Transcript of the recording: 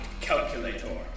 calculator